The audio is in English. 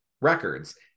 records